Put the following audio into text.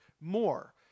more